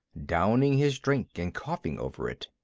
downing his drink and coughing over it.